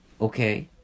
Okay